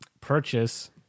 purchase